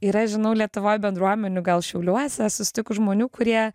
yra žinau lietuvoj bendruomenių gal šiauliuose esu sustikus žmonių kurie